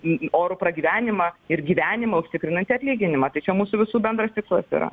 į orų pragyvenimą ir gyvenimą užtikrinantį atlyginimą tačiau mūsų visų bendras tikslas yra